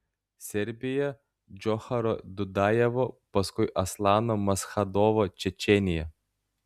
serbija džocharo dudajevo paskui aslano maschadovo čečėnija